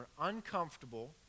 uncomfortable